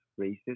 racist